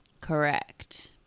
Correct